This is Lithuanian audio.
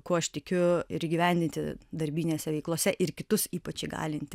kuo aš tikiu ir įgyvendinti darbinėse veiklose ir kitus ypač įgalinti